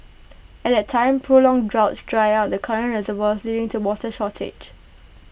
at the time prolonged droughts dry out the current reservoirs leading to water shortage